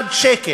מיליארד שקל,